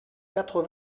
quatre